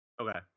Okay